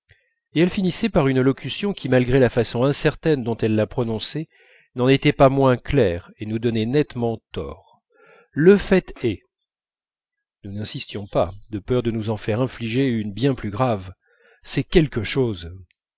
et elle finissait par une locution qui malgré la façon incertaine dont elle la prononçait n'en était pas moins claire et nous donnait nettement tort le fait est nous n'insistions pas de peur de nous en faire infliger une bien plus grave c'est quelque chose